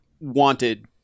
wanted